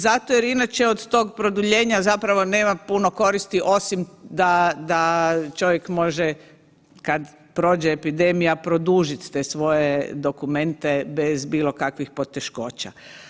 Zato jer inače od tog produljenja zapravo nema puno koristi osim da čovjek može kad prođe epidemija produžit te svoje dokumente bez bilo kakvih poteškoća.